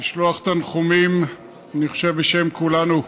לשלוח תנחומים, אני חושב שבשם כולנו,